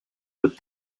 with